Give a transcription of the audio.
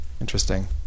interesting